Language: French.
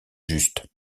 juste